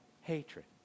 hatred